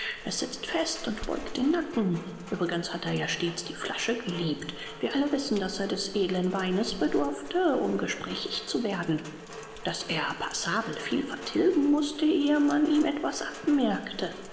es sitzt fest und beugt den nacken uebrigens hat er ja stets die flasche geliebt wir alle wissen daß er des edlen weines bedurfte um gesprächig zu werden daß er passabel viel vertilgen mußte ehe man ihm etwas abmerkte